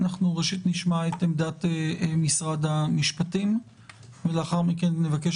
ראשית נשמע את עמדת משרד המשפטים ולאחר מכן נבקש